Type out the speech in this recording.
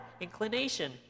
inclination